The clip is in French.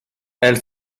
elle